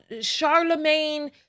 Charlemagne